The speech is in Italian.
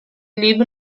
libro